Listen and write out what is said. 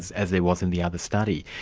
as as there was in the other study.